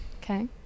Okay